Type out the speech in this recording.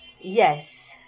Yes